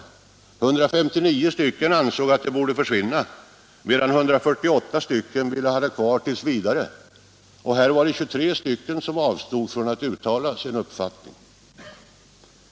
159 ledamöter ansåg att det borde för svinna medan 148 ville ha det kvar t. v. Här var det 23 som avstod från att uttala sin uppfattning.